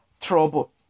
trouble